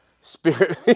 Spirit